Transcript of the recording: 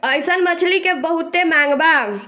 अइसन मछली के बहुते मांग बा